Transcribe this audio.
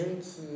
qui